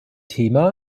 thema